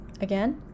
again